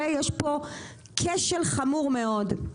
יש פה כשל חמור מאוד.